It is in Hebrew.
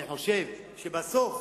אני חושב שבסוף,